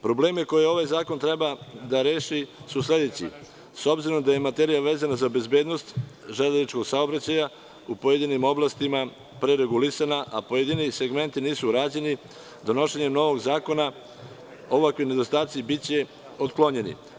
Probleme koje ovaj zakon treba da reši su sledeći, s obzirom da je materija vezana za bezbednost železničkog saobraćaja u pojedinim oblastima, a pre regulisanja, a pojedini segmenti nisu rađeni, donošenjem novog zakona, ovakvi nedostaci biće otklonjeni.